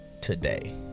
Today